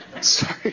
Sorry